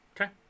Okay